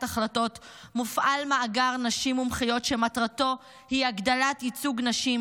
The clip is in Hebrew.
החלטות מופעל מאגר נשים מומחיות שמטרתו היא הגדלת ייצוג נשים,